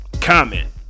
comment